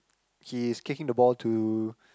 he is kicking the ball to